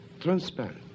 transparent